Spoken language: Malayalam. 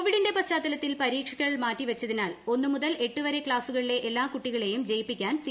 കോവിഡിന്റെ പശ്ചാത്തലത്തിൽ പരീക്ഷകൾ മാറ്റിവെച്ചതിനാൽ ഒന്ന് മുതൽ എട്ട് വരെ ക്ലാസുകളിലെ എല്ലാ കുട്ടികളെയും ജയിപ്പിക്കാൻ സി